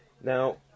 Now